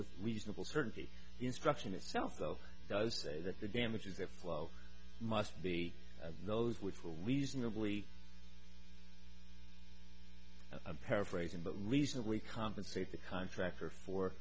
with reasonable certainty instruction itself though does say that the damages that flow must be those which were reasonably i'm paraphrasing but reasonably compensate the contractor for